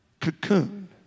cocoon